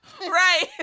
Right